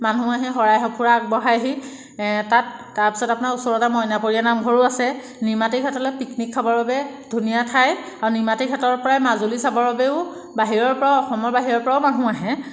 মানুহ আহে শৰাই সঁফুৰা আগবঢ়াইহি তাত তাৰপিছতে আপোনাৰ ওচৰতে মইনাপৰীয়া নামঘৰো আছে নিমাতী ঘাটলৈ পিকনিক খাবৰ বাবে ধুনীয়া ঠাই আৰু নিমাতী ঘাটৰপৰাই মাজুলী চাবৰ বাবেও বাহিৰৰপৰাও অসমৰ বাহিৰৰপৰাও মানুহ আহে